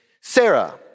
Sarah